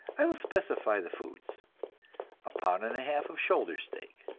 i will specify the foods a pound and a half of shoulder steak,